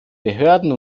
behörden